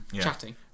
chatting